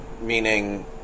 meaning